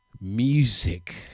music